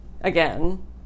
again